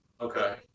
Okay